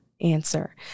answer